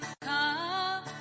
come